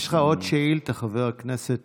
יש לך עוד שאילתה, חבר הכנסת.